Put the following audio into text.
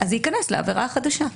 זה ייכנס לעבירה החדשה.